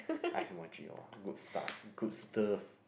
ice muachee !wah! good stuff good stuff